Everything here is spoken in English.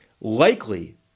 likely